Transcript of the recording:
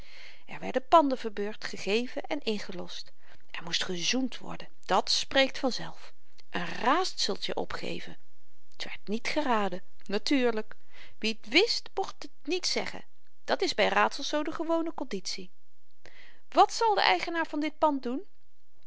er werden panden verbeurd gegeven en ingelost er moest gezoend worden dat spreekt vanzelf een raadseltjen opgeven t werd niet geraden natuurlyk wie t wist mocht het niet zeggen dat is by raadsels zoo de gewone konditie wat zal de eigenaar van dit pand doen